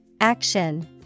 Action